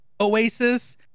oasis